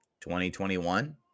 2021